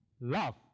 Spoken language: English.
Love